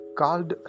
called